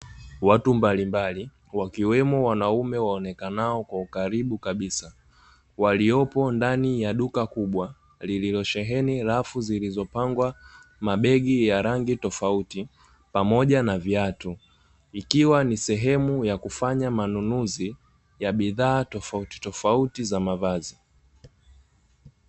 Watu mbalimbali wakiwemo wanaume waonekanao kwa ukaribu kabisa waliopo ndani ya duka kubwa lililosheheni rafu zilizopangwa, mabegi ya rangi tofauti pamoja na viatu ikiwa ni sehemu ya kufanya manunuzi ya bidhaa tofautitofauti za mavazi.